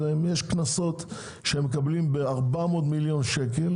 יש קנסות שמקבלים בסך 400 מיליון שקלים